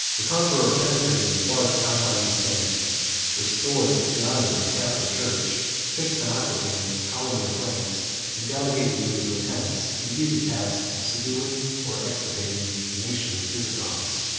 the conqueror penetrated as far as the confines of spain restored the honors of the catholic church fixed in aquitain a colony of franks and delegated to his lieutenants the easy task of subduing, or extirpating, the nation of the visigoths.